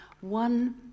one